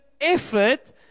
effort